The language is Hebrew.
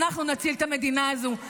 אנחנו נציל את המדינה הזו.